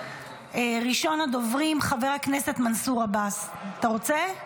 ראשון הדוברים, חבר הכנסת מנסור עבאס, אתה רוצה?